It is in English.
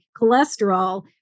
cholesterol